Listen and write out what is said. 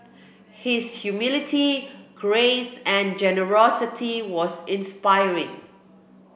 his humility grace and generosity was inspiring